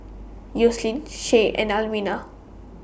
Yoselin Shay and Alwina